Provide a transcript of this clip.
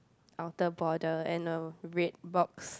outer border and a red box